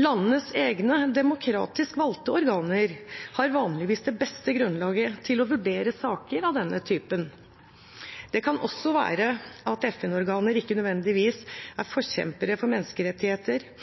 Landenes egne demokratisk valgte organer har vanligvis det beste grunnlaget for å vurdere saker av denne typen. Det kan også være at FN-organer ikke nødvendigvis er forkjempere for menneskerettigheter,